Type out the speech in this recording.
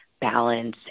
balance